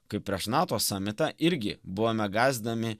kaip prieš nato samitą irgi buvome gąsdinami